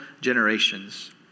generations